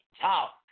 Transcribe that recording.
talk